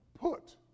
put